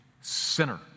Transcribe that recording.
Sinner